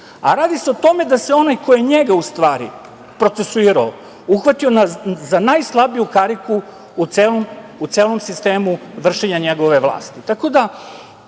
a radi se o tome da se onaj koji njega, u stvari, procesuirao, uhvatio za najslabiju kariku u celom sistemu vršenja njegove vlasti. Stanje